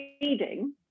reading